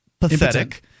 pathetic